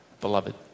beloved